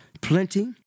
plenty